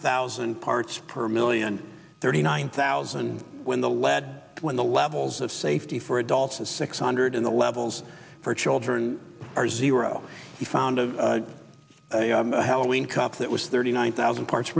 thousand parts per million thirty nine thousand when the lead when the levels of safety for adults is six hundred in the levels for children are zero he found a halloween cup that was thirty nine thousand part